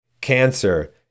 cancer